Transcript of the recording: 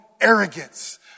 arrogance